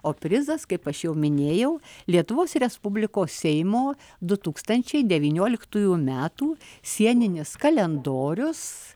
o prizas kaip aš jau minėjau lietuvos respublikos seimo du tūkstančiai devynioliktųjų metų sieninis kalendorius